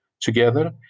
together